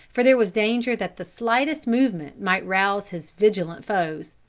for there was danger that the slightest movement might rouse his vigilant foes.